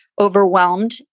overwhelmed